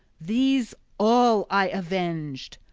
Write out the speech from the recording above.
these all i avenged.